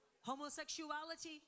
homosexuality